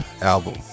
album